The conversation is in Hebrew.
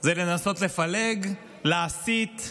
זה לנסות לפלג, להסית.